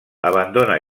abandona